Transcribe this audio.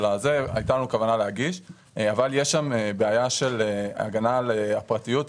הייתה לנו כוונה להגיש אבל יש שם בעיה של הגנה על הפרטיות.